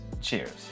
cheers